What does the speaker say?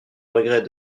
regret